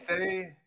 say